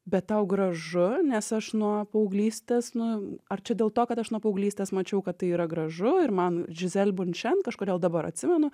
bet tau gražu nes aš nuo paauglystės nu ar čia dėl to kad aš nuo paauglystės mačiau kad tai yra gražu ir man džiuzel bonšen kažkodėl dabar atsimenu